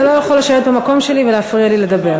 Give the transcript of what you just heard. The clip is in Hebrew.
אתה לא יכול לשבת במקום שלי ולהפריע לי לדבר,